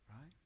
Right